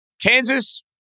Kansas